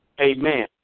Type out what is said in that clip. Amen